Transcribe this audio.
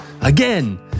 again